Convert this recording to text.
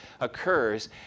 occurs